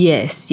Yes